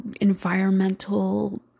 environmental